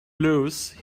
lose